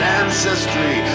ancestry